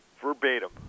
verbatim